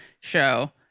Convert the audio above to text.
show